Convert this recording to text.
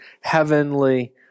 heavenly